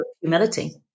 humility